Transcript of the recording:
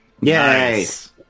Yes